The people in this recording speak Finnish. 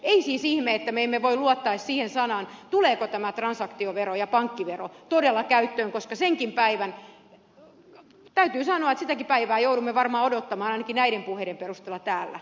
ei siis ihme että me emme voi luottaa edes siihen sanaan tuleeko tämä transaktiovero ja pankkivero todella käyttöön koska täytyy sanoa että sitäkin päivää joudumme varmaan odottamaan ainakin näiden puheiden perusteella täällä